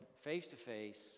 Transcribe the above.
face-to-face